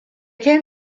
came